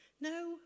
No